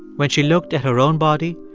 when she looked at her own body,